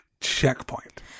checkpoint